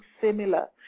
similar